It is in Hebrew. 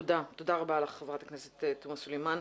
תודה רבה לך, חברת הכנסת תומא סלימאן.